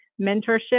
mentorship